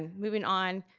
moving on,